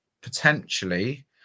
potentially